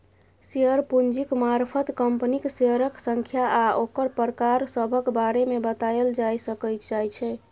share पूंजीक मारफत कंपनीक शेयरक संख्या आ ओकर प्रकार सभक बारे मे बताएल जाए सकइ जाइ छै